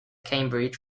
cambridge